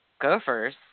Gophers